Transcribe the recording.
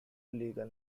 legal